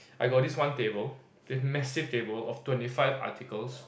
I got this one table massive table of twenty five articles